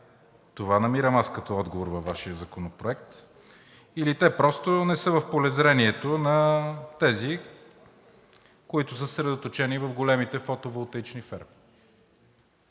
Това намирам като отговор във Вашия законопроект или те просто не са в полезрението на тези, които са съсредоточени в големите фотоволтаични...